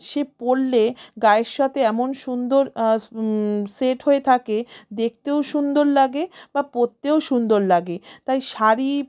সে পরলে গায়ের সাথে এমন সুন্দর সেট হয়ে থাকে দেখতেও সুন্দর লাগে বা পরতেও সুন্দর লাগে তাই শাড়ি